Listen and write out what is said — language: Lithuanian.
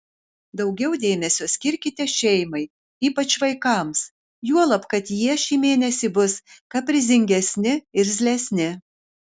daugiau dėmesio skirkite šeimai ypač vaikams juolab kad jie šį mėnesį bus kaprizingesni irzlesni